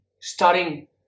starting